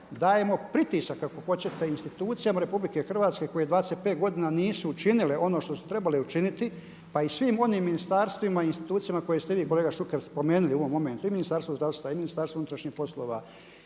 dajemo pritisak ako hoćete institucijama RH koje 25 godina nisu učinile ono što su trebale učiniti, pa i svim onim ministarstvima i institucijama koje ste vi kolega Šuker spomenuli u ovom momentu. I ministarstvo zdravstva i Ministarstvo unutrašnjih poslova